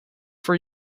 for